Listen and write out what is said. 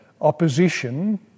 opposition